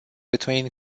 between